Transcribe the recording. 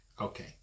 Okay